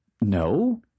No